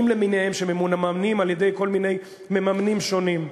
למיניהם שממומנים על-ידי כל מיני מממנים שונים.